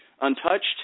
untouched